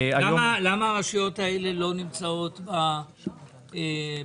למה הרשויות האלה לא נמצאות בנתונים?